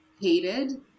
hated